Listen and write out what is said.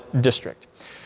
District